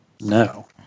No